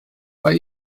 bei